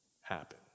happen